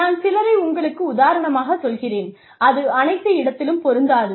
நான் சிலரை உங்களுக்கு உதாரணமாகச் சொல்கிறேன் அது அனைத்து இடத்திலும் பொருந்தாது